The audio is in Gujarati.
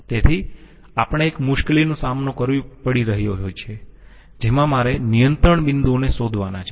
તેથી આપણે એક મુશ્કેલીનો સામનો કરવો પડી રહ્યો છે જેમા મારે નિયંત્રણ બિંદુઓને શોધવાના છે